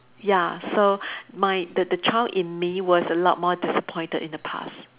ya so mine the the child in me was a lot more disappointed in the past